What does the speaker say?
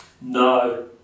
No